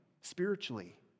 spiritually